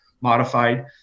modified